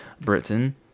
Britain